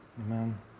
Amen